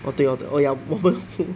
oh 对 hor oh ya 我们